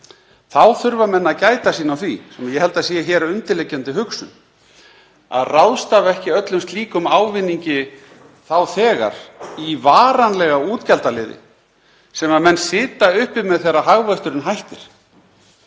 þá þurfa menn að gæta sín á því, sem ég held að sé hér undirliggjandi hugsun, að ráðstafa ekki öllum slíkum ávinningi þá þegar í varanlega útgjaldaliði sem menn sitja uppi með þegar hagvöxturinn hættir